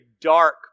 dark